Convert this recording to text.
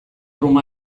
room